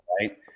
right